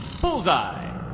Bullseye